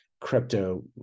crypto